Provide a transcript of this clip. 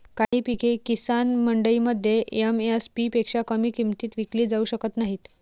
काही पिके किसान मंडईमध्ये एम.एस.पी पेक्षा कमी किमतीत विकली जाऊ शकत नाहीत